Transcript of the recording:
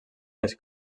les